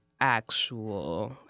actual